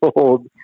cold